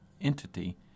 entity